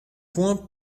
points